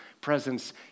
presence